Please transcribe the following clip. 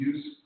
Use